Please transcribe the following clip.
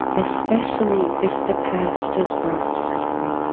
especially if the past has brought suffering.